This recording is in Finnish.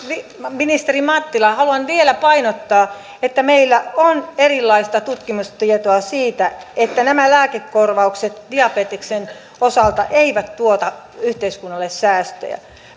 ministeri mattila haluan vielä painottaa että meillä on erilaista tutkimustietoa siitä että nämä lääkekorvaukset diabeteksen osalta eivät tuota yhteiskunnalle säästöjä